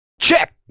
Check